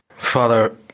Father